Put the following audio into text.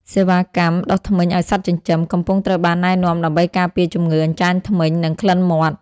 សេវាកម្ម "ដុសធ្មេញឱ្យសត្វចិញ្ចឹម" កំពុងត្រូវបានណែនាំដើម្បីការពារជំងឺអញ្ចាញធ្មេញ និងក្លិនមាត់។